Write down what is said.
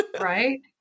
Right